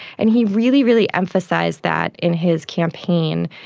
and he really, really emphasised that in his campaign.